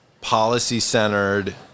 policy-centered